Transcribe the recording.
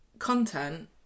content